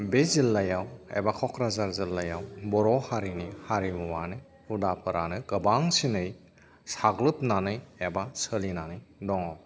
बे जिल्लायाव एबा क'क्राझार जिल्लायाव बर' हारिनि हारिमुआनो हुदाफोरानो गोबांसिनै साग्लोबनानै एबा सोलिनानै दङ